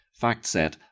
FactSet